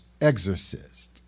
exorcist